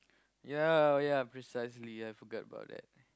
ya ya precisely forget about that